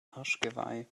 arschgeweih